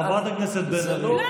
חברת הכנסת בן ארי.